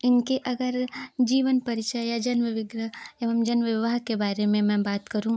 इनके अगर जीवन परिचय या जन्म विग्रह एवं जन विवाह के बारे में मैं बात करूँ